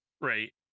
Right